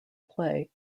play